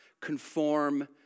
conform